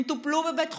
הם טופלו בבית חולים.